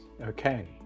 Okay